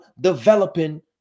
developing